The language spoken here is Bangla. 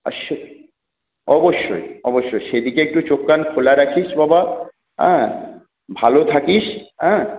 আর সে অবশ্যই অবশ্যই সেদিকে একটু চোখ কান খোলা রাখিস বাবা হ্যাঁ ভালো থাকিস হ্যাঁ